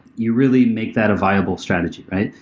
you really make that a viable strategy, right?